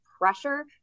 pressure